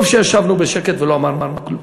טוב שישבנו בשקט ולא אמרנו כלום.